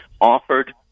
offered